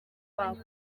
bakoze